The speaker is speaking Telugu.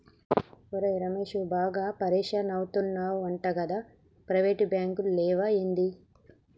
ఒరే రమేశూ, బాగా పరిషాన్ అయితున్నవటగదా, ప్రైవేటు బాంకులు లేవా ఏంది